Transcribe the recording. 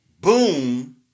boom